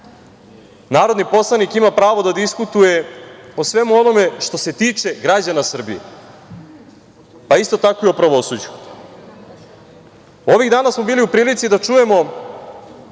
Narodni poslanik ima pravo da diskutuje o svemu onome što se tiče građana Srbije, pa isto tako i o pravosuđu. Ovih dana smo bili u prilici da čujemo